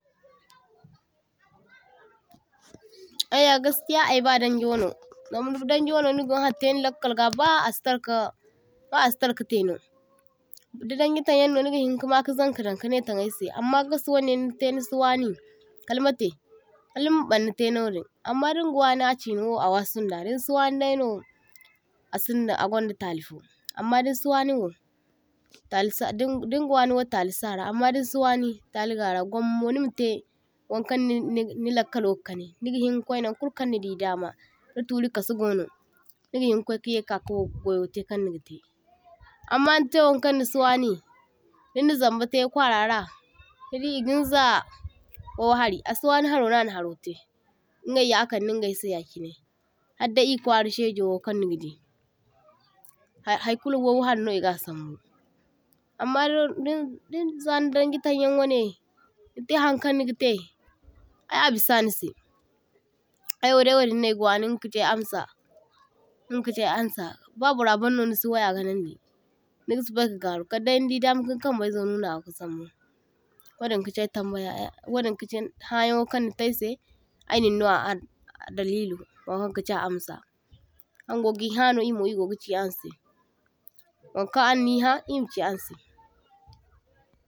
toh-toh Ayya gaskiya ayba danji wano zama mo danji wano nigin haritai ni lakkalga ba asitarka asitarka taino, di’danji tanyanno nigahin kama ka zanka daŋ kanai tan aysai amma gaswanai nitai nisiwani kalmatai kalnima barnatai nodin, amma dinga wana a chinawo a wasinda din si wani daino asinda a gwanda talifo, amma dinsi waniwo talisa din dingawani talisara amma dinsiwani taligara gwammamo nima tai wankaŋ ni ni lakkalo ga kani. Nigahinka kwainaŋ kulu kaŋ nidi dama da turi kasa gono nigahin kwaika yaika ku gwayotai kaŋ nigatai, amma nitai wankaŋ nisiwani dinna zambatai kwarara nidi e ginza wohari asiwani harono ana harotai ingayya akandingaysai yachinai haddai e kwara shaigowo kaŋ nigadi haikulu wawharino e’ga sambu. Amma da din din za ni danji tanyaŋ wanai nitai hankaŋ niga tai ayabisa nisai aywo dai wadinno aygawani inga kachi ay amsa, inga kachi amsa, ba burra banno nisi waya ganaŋ di niga sobaika garu kadday nidi dam aka kambaizo inga nagu kasambu, wadin kachi ay tambaya ay wadin kachi ayhayawo kaŋ nitaisai ayninno a ham a dalilo wankan kachi a amsa angogihano e mo’go chi’ansai wankaŋ anniha e machi’ansai.